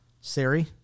Siri